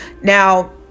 Now